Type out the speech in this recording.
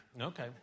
Okay